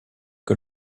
que